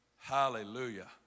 Hallelujah